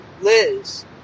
Liz